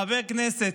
חבר כנסת,